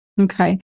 Okay